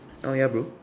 oh ya bro